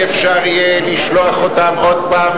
לא יהיה אפשר לשלוח אותם עוד פעם,